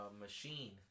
machine